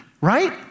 right